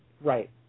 Right